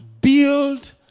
Build